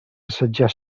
assetjar